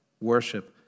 worship